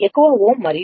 Ωమరియు C 2